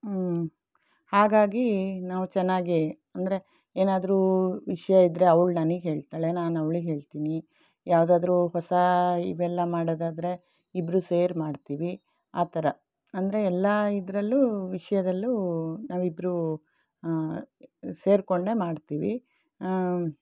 ಹಾಗಾಗಿ ನಾವು ಚೆನ್ನಾಗಿ ಅಂದರೆ ಏನು ಆದರೂ ವಿಷಯ ಇದ್ದರೆ ಅವಳು ನನಗೆ ಹೇಳ್ತಾಳೆ ನಾನು ಅವಳಿಗೆ ಹೇಳ್ತೀನಿ ಯಾವುದಾದ್ರು ಹೊಸ ಇವೆಲ್ಲ ಮಾಡೋದು ಆದರೆ ಇಬ್ಬರು ಸೇರಿ ಮಾಡ್ತೀವಿ ಆ ಥರ ಅಂದರೆ ಎಲ್ಲ ಇದರಲ್ಲೂ ವಿಷಯದಲ್ಲೂ ನಾವಿಬ್ಬರೂ ಸೇರಿಕೊಂಡೆ ಮಾಡ್ತೀವಿ